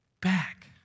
back